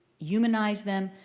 humanize them,